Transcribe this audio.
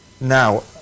now